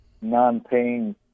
non-paying